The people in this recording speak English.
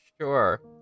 Sure